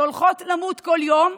שהולכות למות כל יום,